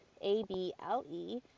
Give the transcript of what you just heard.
A-B-L-E